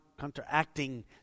counteracting